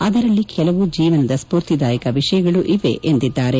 ಅದರಲ್ಲಿ ಕೆಲವು ಜೀವನದ ಸ್ಪೂರ್ತಿದಾಯಕ ವಿಷಯಗಳೂ ಇವೆ ಎಂದಿದ್ದಾರೆ